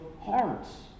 hearts